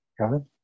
Kevin